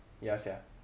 ya sia